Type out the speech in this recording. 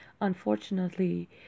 Unfortunately